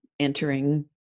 Entering